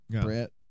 Brett